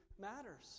matters